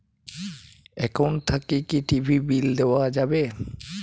Account থাকি কি TV bill দেওয়া যাবে?